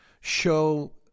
show